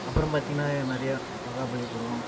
அப்புறம் பார்த்தீங்கன்னா நிறையா மகாபலிபுரம்